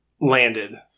landed